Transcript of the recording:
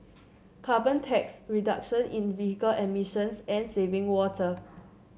carbon tax reduction in vehicle emissions and saving water